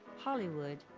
hollywood,